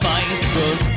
Facebook